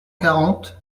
quarante